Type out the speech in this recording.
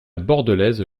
bordelaise